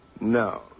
No